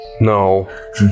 No